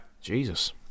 Jesus